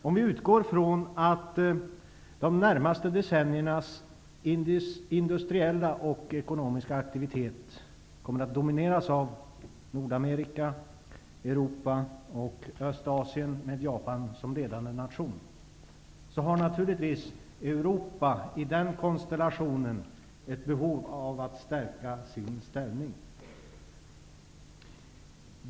Om vi utgår från att de närmaste decenniernas industriella och ekonomiska aktivitet kommer att domineras av Nordamerika, Europa och Östastien med Japan som ledande nation, har Europa i den konstellationen naturligtvis ett behov av att stärka sin ställning.